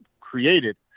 created